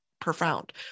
Profound